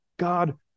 God